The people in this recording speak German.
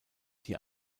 die